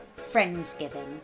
Friendsgiving